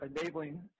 enabling